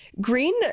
Green